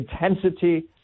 intensity